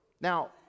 Now